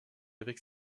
avec